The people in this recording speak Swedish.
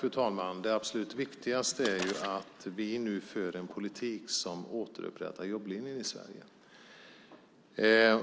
Fru talman! Det absolut viktigaste är ju att vi nu för en politik som återupprättar jobblinjen i Sverige.